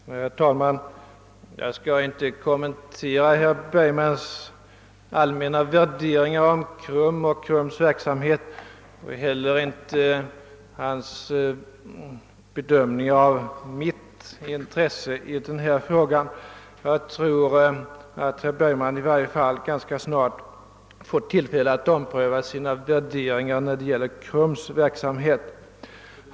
Herr talman! Jag skall inte kommentera herr Bergmans allmänna värderingar av KRUM och dess verksamhet och inte heller hans bedömning av mitt intresse i denna fråga. Jag tror att herr Bergman ganska snart får tillfälle att ompröva sina värderingar i varje fall när det gäller KRUM:s verksamhet.